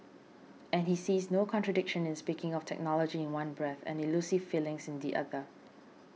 and he sees no contradiction in speaking of technology in one breath and elusive feelings in the other